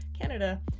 Canada